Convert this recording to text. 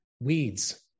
Weeds